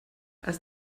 als